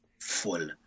full